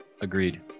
Agreed